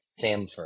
Samford